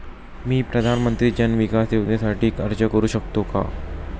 मी प्रधानमंत्री जन विकास योजनेसाठी अर्ज करू शकतो का?